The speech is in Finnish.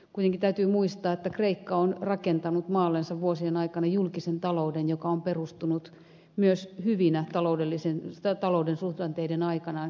kuitenkin täytyy muistaa että kreikka on rakentanut maallensa vuosien aikana julkisen talouden joka on perustunut myös hyvinä talouden suhdanteiden aikana pelkästään lainaan